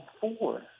four